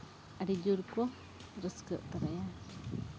ᱟᱹᱰᱤ ᱡᱳᱨ ᱠᱚ ᱨᱟᱹᱥᱠᱟᱹᱜ ᱛᱟᱞᱮᱭᱟ